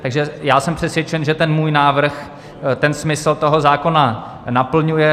Takže já jsem přesvědčen, že můj návrh ten smysl toho zákona naplňuje.